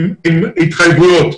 עם התחייבויות,